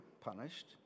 punished